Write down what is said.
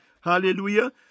Hallelujah